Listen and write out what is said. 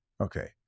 Okay